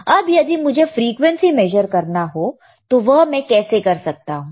अब यदि मुझे फ्रीक्वेंसी मेजर करना हो तो वह मैं कैसे कर सकता हूं